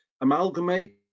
amalgamate